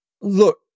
Look